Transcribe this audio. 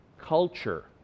culture